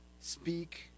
speak